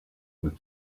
with